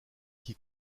qui